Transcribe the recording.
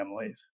families